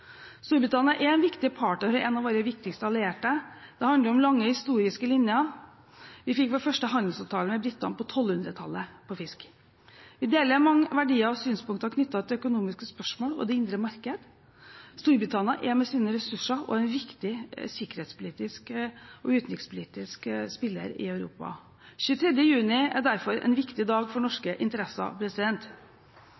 Storbritannia er en viktig partner og en av våre viktigste allierte. Det handler om lange historiske linjer. Vi fikk vår første handelsavtale med britene på 1200-tallet, på fisk. Vi deler mange verdier og synspunkter knyttet til økonomiske spørsmål og det indre marked. Storbritannia spiller med sine ressurser også en viktig utenriks- og sikkerhetspolitisk rolle i Europa. 23. juni er derfor en viktig dag for